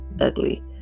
ugly